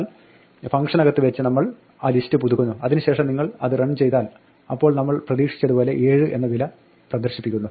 എന്നാൽ ഫംഗ്ഷനകത്ത് വെച്ച് നമ്മൾ ആ ലിസ്റ്റ് പുതുക്കുന്നു അതിന് ശേഷം നിങ്ങൾ അത് റൺ ചെയ്താൽ അപ്പോൾ നമ്മൾ പ്രതീക്ഷിച്ചതുപോലെ അത് 7 എന്ന വില പ്രദർശിപ്പിക്കുന്നു